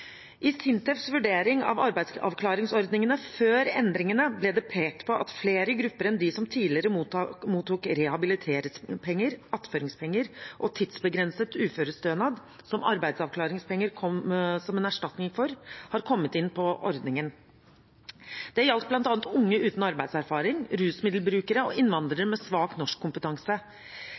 I SINTEF vurdering av arbeidsavklaringsordningen før endringene ble det pekt på at flere grupper enn de som tidligere mottok rehabiliteringspenger, attføringspenger og tidsbegrenset uførestønad – som arbeidsavklaringspenger kom som en erstatning for– har kommet inn på ordningen. Det gjaldt bl.a. unge uten arbeidserfaring, rusmiddelbrukere og innvandrere med svak norskkompetanse.